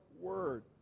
word